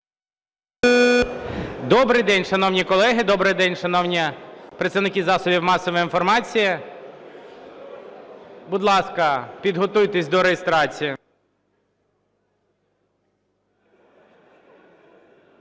Добрий день, шановні колеги! Добрий день, шановні представники засобів масової інформації! Будь ласка, підготуйтесь до реєстрації.